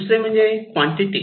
दुसरे म्हणजे क्वान्टाटी